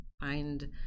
find